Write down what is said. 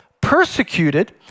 persecuted